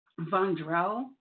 Vondrell